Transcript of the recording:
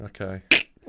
Okay